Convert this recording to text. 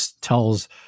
tells